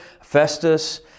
Festus